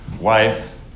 wife